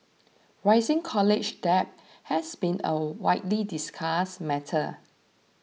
rising college debt has been a widely discussed matter